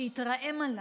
שהתרעם עליו.